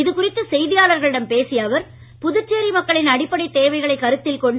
இது குறித்து செய்தியாளர்களிடம் பேசிய அவர் புதுச்சேரி மக்களின் அடிப்படை தேவைகளை கருத்தில் கொண்டு